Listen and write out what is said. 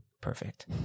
Perfect